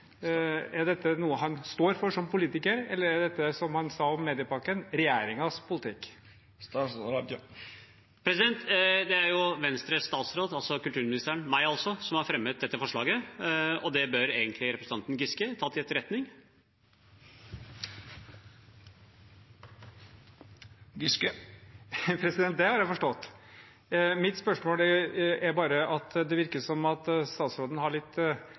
Er dette noe han står for som politiker, eller er det han sa om mediepakken, regjeringens politikk? Det er Venstres statsråd, kulturministeren – meg, altså – som har fremmet dette forslaget, og det bør representanten Giske ta til etterretning. Det har jeg forstått. Det virker bare som statsråden har litt ulike hatter til ulike tider. Når det gjaldt offentlighetsloven, var Venstre veldig opptatt av at